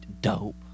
dope